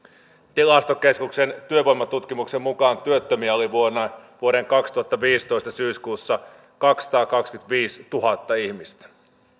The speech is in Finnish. tilastokeskuksen työvoimatutkimuksen mukaan työttömiä oli vuoden kaksituhattaviisitoista syyskuussa kaksisataakaksikymmentäviisituhatta ihmistä